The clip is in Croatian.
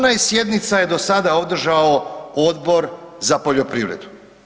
18 sjednica je do sada održao Odbor za poljoprivredu.